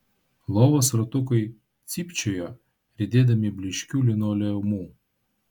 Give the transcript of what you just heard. lovos ratukai cypčiojo riedėdami blyškiu linoleumu